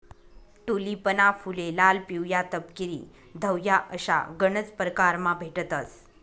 टूलिपना फुले लाल, पिवया, तपकिरी, धवया अशा गनज परकारमा भेटतंस